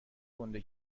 گنده